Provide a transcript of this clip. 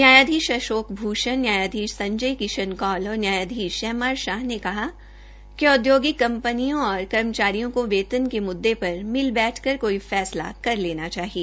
न्यायाधीश अशोक भूषण न्यायाधीन संजय किशन कौल और न्यायाधीश एम आर शाह ने कहा कि औदयोगिकी कंपनियों और कर्मचारियों को वेतन के मूददे पर मिल बैठ कर कोई फैसला कर लेना चाहिए